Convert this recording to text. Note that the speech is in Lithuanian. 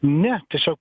ne tiesiog